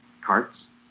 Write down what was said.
carts